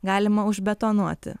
galima užbetonuoti